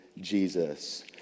Jesus